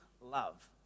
love